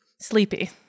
Sleepy